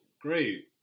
Great